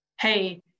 hey